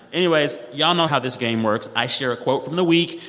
anyways, y'all know how this game works. i share a quote from the week.